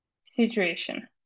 situation